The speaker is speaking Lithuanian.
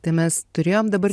tai mes turėjom dabar